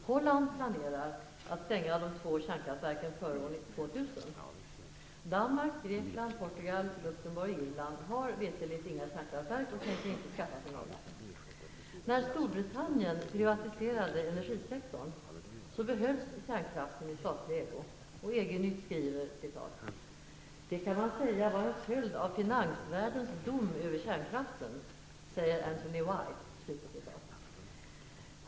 Holland planerar att stänga de två kärnkraftverken före år 2000. Irland har veterligt inga kärnkraftverk och tänker inte skaffa sig några. När Storbritannien privatiserade energisektorn behölls kärnkraften i statlig ägo. EG-Nytt skriver: ''Det kan man säga vara en följd av finansvärldens dom över kärnkraften, säger Anthony White.''